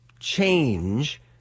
change